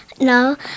no